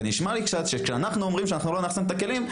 ונשמע לי קצת שכשאנחנו אומרים שאנחנו לא נאחסן את הכלים,